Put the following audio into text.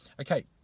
Okay